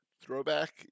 throwback